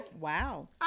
Wow